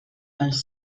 els